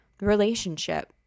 relationship